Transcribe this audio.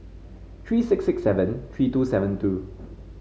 three six six seven three two seven two